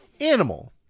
Animal